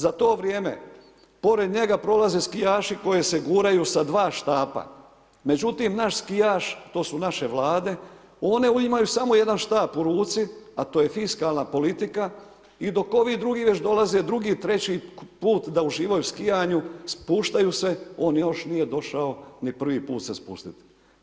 Za to vrijeme, pored njega prolaze skijaši, koji se guraju sa 2 štapa, međutim, naš skijaš, to su naše vlade, one imaju samo jedan štap u ruci, a to je fiskalna politika i dok ovi drugi već dolaze, drugi, treći put, da uživaju u skijanju, spuštaju se, on još nije došao ni prvi put se spustiti.